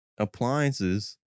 Appliances